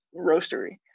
roastery